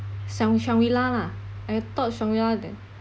shang~ shangri-la lah I thought shangri-la that